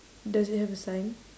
does it have a sign